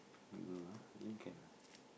I don't know ah I think can ah